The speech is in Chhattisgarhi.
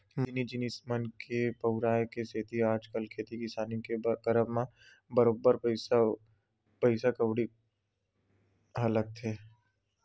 मसीनी जिनिस मन के बउराय के सेती आजकल खेती किसानी के करब म बरोबर पइसा कउड़ी ह लगथे